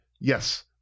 Yes